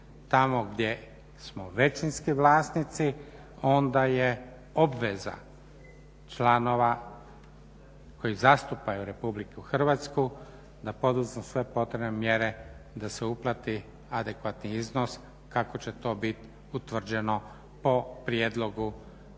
tamo gdje smo većinski vlasnici onda je obveza članova koji zastupaju RH da poduzmu sve potrebne mjere da se uplati adekvatni iznos kako će to biti utvrđeno po prijedlogu CERP-a